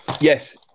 Yes